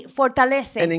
fortalece